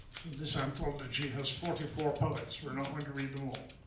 this anthology has forty four poets. we're not going to read them all.